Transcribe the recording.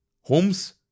Holmes